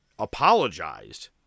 apologized